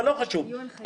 יהיו הנחיות.